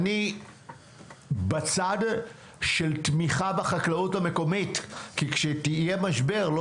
אני בצד של תמיכה בחקלאות המקומית כי כשיהיה משבר לא